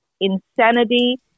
insanity